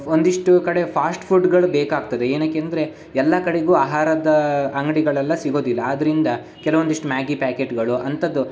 ಒಂದಿಷ್ಟು ಕಡೆ ಫಾಸ್ಟ್ ಫುಡ್ಗಳು ಬೇಕಾಗ್ತದೆ ಏನಕ್ಕೆ ಅಂದರೆ ಎಲ್ಲ ಕಡೆಗೂ ಆಹಾರದ ಅಂಗಡಿಗಳೆಲ್ಲ ಸಿಗೋದಿಲ್ಲ ಆದ್ದರಿಂದ ಕೆಲವೊಂದಿಷ್ಟು ಮ್ಯಾಗಿ ಪ್ಯಾಕೆಟ್ಗಳು ಅಂಥದ್ದು